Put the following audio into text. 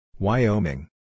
Wyoming